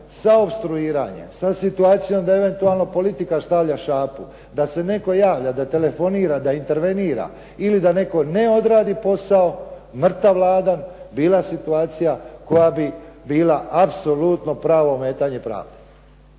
sa opstruiranjem, sa situacijom da eventualno politika stavlja šapu, da se netko javlja, da telefonira, da intervenira ili da netko ne odradi posao mrtav hlad bila situacija koja bi bila apsolutno pravo ometanje pravde.